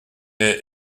est